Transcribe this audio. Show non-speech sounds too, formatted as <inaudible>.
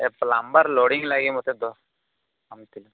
ଏ plumber loading ଲାଗି ମୋତେ <unintelligible>